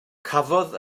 cafodd